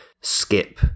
Skip